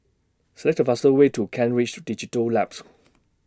Select The fastest Way to Kent Ridge Digital Labs